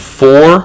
four